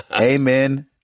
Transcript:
Amen